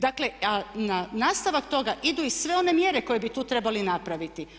Dakle, a na nastavak toga idu i sve one mjere koje bi tu trebali napraviti.